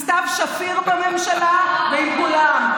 עם סתיו שפיר בממשלה ועם כולם.